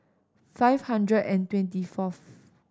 five hundred and twenty fourth